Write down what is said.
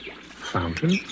Fountain